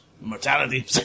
Mortality